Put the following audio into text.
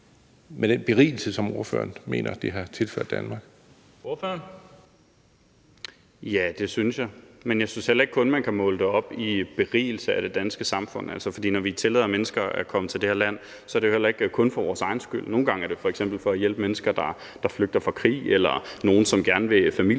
(Bent Bøgsted): Ordføreren. Kl. 12:30 Carl Valentin (SF): Ja, det synes jeg, men jeg synes heller ikke kun, man kan måle det op i forhold til en berigelse af det danske samfund, for når vi tillader mennesker at komme til det her land, er det jo ikke kun for vores egen skyld. Nogle gange er det f.eks. for at hjælpe mennesker, der flygter fra krig, eller nogle, som gerne vil familiesammenføres